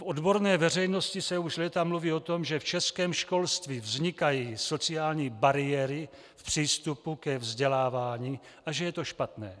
V odborné veřejnosti se už léta mluví o tom, že v českém školství vznikají sociální bariéry v přístupu ke vzdělávání a že je to špatné.